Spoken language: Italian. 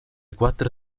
quattro